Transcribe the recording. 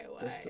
away